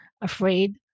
afraid